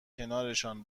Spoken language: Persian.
کنارشان